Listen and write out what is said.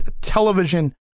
television